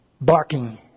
barking